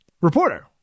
reporter